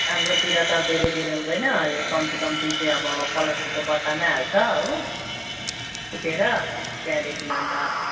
हाम्रोतिर त धेरै धेरै हुँदैन अलि कम्ति कम्ति चाहिँ अब प्लास्टिकको बट्टामा हाल्छ हो कुटेर त्याँदेखि अन्त